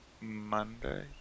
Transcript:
Monday